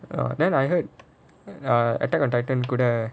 then I heard err attack on titan couldn't